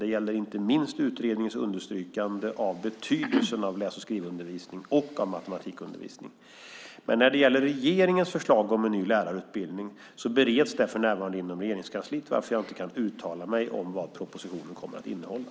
Det gäller inte minst utredningens understrykande av betydelsen av läs och skrivundervisning och av matematikundervisning. När det gäller regeringens förslag om en ny lärarutbildning, bereds det för närvarande inom Regeringskansliet varför jag inte kan uttala mig om vad propositionen kommer att innehålla.